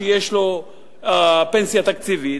שיש לו פנסיה תקציבית,